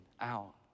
out